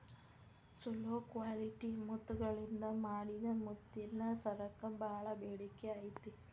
ಚೊಲೋ ಕ್ವಾಲಿಟಿ ಮುತ್ತಗಳಿಂದ ಮಾಡಿದ ಮುತ್ತಿನ ಸರಕ್ಕ ಬಾಳ ಬೇಡಿಕೆ ಐತಿ